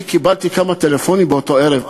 אני קיבלתי כמה טלפונים באותו ערב,